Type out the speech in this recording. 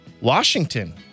Washington